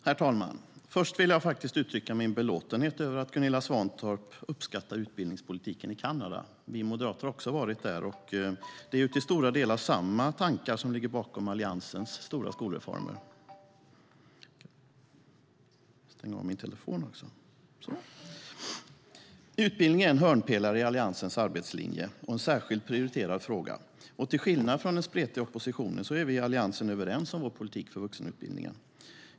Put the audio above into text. Herr talman! Först vill jag uttrycka min belåtenhet över att Gunilla Svantorp uppskattar utbildningspolitiken i Kanada. Vi moderater har också varit där, och det är till stora delar samma tankar som ligger bakom Alliansens stora skolreformer. Utbildning är en hörnpelare i Alliansens arbetslinje och en särskilt prioriterad fråga. Och till skillnad från den spretiga oppositionen är vi i Alliansen överens om vår politik för vuxenutbildningen.